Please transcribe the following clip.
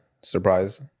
surprise